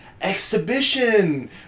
exhibition